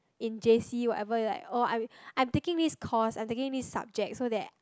in J_C whatever like or I I'm taking this course I'm taking this subject so that